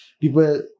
people